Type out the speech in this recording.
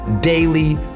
daily